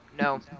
no